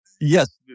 yes